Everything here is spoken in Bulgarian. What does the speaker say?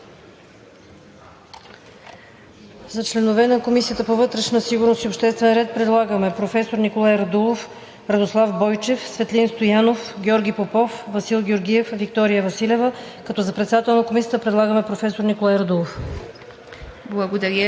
За членове на Комисията по вътрешна сигурност и обществен ред предлагаме: професор Николай Радулов, Радослав Бойчев, Светлин Стоянов, Георги Попов, Васил Георгиев, Виктория Василева, като за председател на Комисията предлагаме професор Николай Радулов.